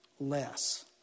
less